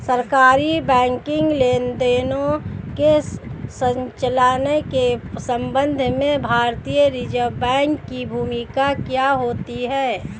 सरकारी बैंकिंग लेनदेनों के संचालन के संबंध में भारतीय रिज़र्व बैंक की भूमिका क्या होती है?